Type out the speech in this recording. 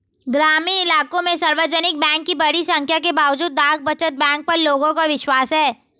ग्रामीण इलाकों में सार्वजनिक बैंक की बड़ी संख्या के बावजूद डाक बचत बैंक पर लोगों का विश्वास है